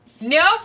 no